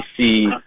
see